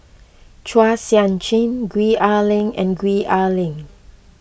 Chua Sian Chin Gwee Ah Leng and Gwee Ah Leng